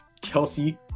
Kelsey